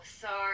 sorry